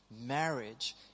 Marriage